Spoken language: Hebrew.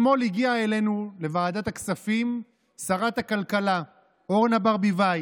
אתמול הגיעה אלינו לוועדת הכספים שרת הכלכלה אורנה ברביבאי.